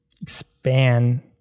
expand